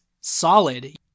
solid